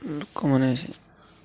ଲୋକମାନେ